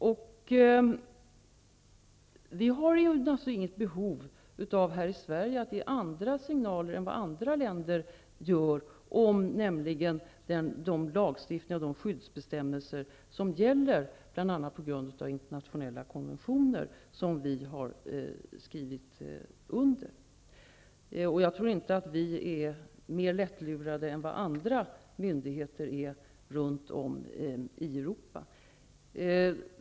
Vi har här i Sverige inget behov av att ge några andra signaler än andra länder om lagstiftning och skyddsbestämmelser, som gäller bl.a. på grund av internationella konventioner som vi har skrivit under. Jag tror inte att vi är mer lättlurade än andra myndigheter runt om i Europa.